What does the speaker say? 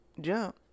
Jump